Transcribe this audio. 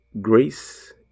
Grace